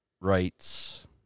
rights